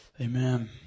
Amen